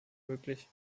möglich